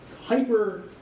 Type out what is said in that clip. hyper